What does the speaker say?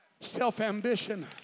self-ambition